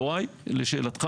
יוראי, לשאלתך.